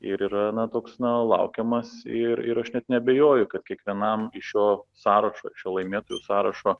ir yra na toks na laukiamas ir ir aš net neabejoju kad kiekvienam iš šio sąrašo šio laimėtojų sąrašo